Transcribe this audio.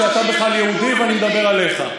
כשאתה בכלל יהודי ואני מדבר עליך?